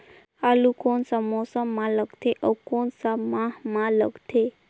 आलू कोन सा मौसम मां लगथे अउ कोन सा माह मां लगथे?